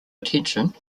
attention